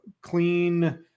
clean